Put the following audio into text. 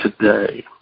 today